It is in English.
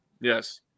Yes